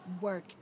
work